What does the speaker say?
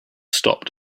stopped